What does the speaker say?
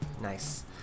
Nice